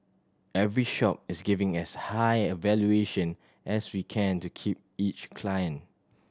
every shop is giving as high a valuation as we can to keep each client